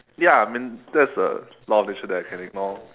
ya I mean that's a law of nature that I can ignore